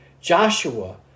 Joshua